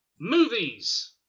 Movies